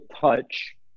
touch